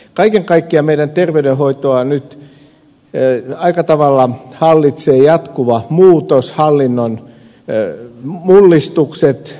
kaiken kaikkiaan meidän terveydenhoitoamme nyt aika tavalla hallitsevat jatkuva muutos hallinnon mullistukset